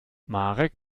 marek